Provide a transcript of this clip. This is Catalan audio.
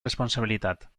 responsabilitat